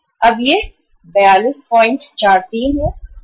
तब यह 4243 है